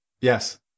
Yes